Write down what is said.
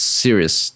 serious